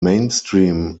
mainstream